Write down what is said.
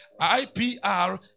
IPR